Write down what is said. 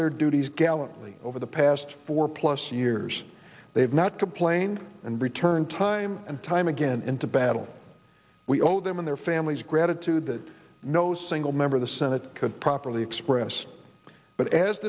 their duties gallantly over the past four plus years they have not complained and return time and time again into battle we owe them and their families gratitude that no single member of the senate could properly express but as